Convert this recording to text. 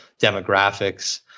demographics